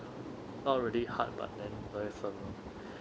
not really hard but then very lor